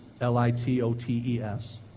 L-I-T-O-T-E-S